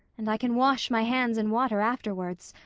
and i can wash my hands in water afterwards,